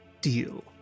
deal